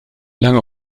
lange